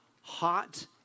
hot